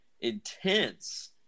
intense